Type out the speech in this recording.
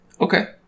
Okay